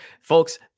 folks